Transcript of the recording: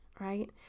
right